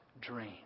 dream